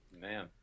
Man